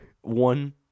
one